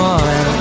on